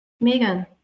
Megan